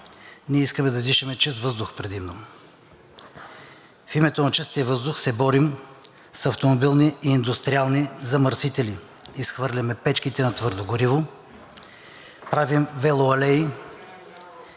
ние искаме да дишаме чист въздух предимно. В името на чистия въздух се борим с автомобилни и индустриални замърсители, изхвърляме печките на твърдо гориво, правим велоалеи,